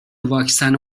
واکسن